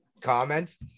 comments